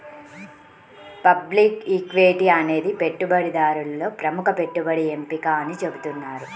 public equity అనేది పెట్టుబడిదారులలో ప్రముఖ పెట్టుబడి ఎంపిక అని చెబుతున్నారు